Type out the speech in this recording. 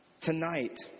Tonight